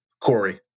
Corey